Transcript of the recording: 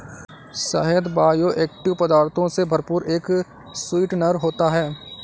शहद बायोएक्टिव पदार्थों से भरपूर एक स्वीटनर होता है